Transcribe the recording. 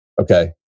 Okay